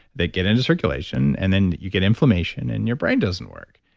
they get into circulation. and then you get inflammation. and your brain doesn't work.